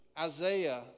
Isaiah